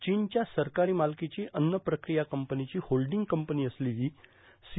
चीनच्या सरकारी मालकीची अन्न प्रक्रिया कंपनीची होल्डिंग कंपनी असलेली सी